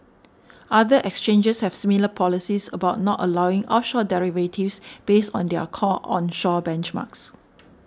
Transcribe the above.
other exchanges have similar policies about not allowing offshore derivatives based on their core onshore benchmarks